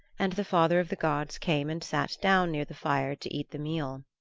and the father of the gods came and sat down near the fire to eat the meal.